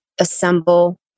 assemble